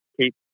keep